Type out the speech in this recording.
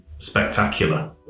spectacular